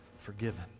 forgiven